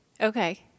Okay